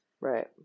Right